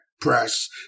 press